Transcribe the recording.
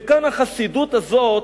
וכאן החסידות הזאת,